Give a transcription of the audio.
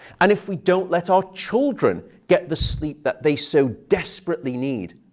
and if we don't let our children get the sleep that they so desperately need,